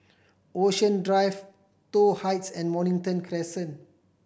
Ocean Drive Toh Heights and Mornington Crescent